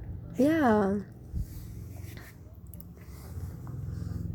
ya